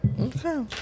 okay